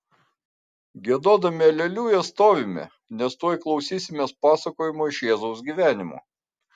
giedodami aleliuja stovime nes tuoj klausysimės pasakojimo iš jėzaus gyvenimo